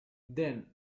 then